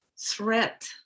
threat